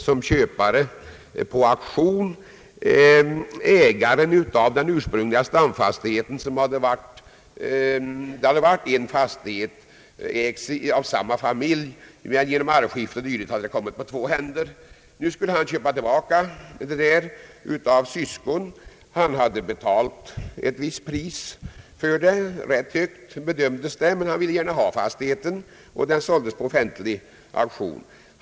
Som köpare på auktionen uppträdde ägaren av den ursprungliga stamfastigheten; det hade varit en fastighet som ägts av samma familj men genom arvsskifte o. d. hade den kommit på två händer. Han skulle nu köpa tillbaka fastigheten av syskon. Han hade betalat ett visst pris, som ansågs rätt högt, men han ville gärna ha fastigheten. Den såldes alltså på offentlig auktion.